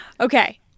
Okay